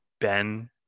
Ben